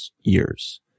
years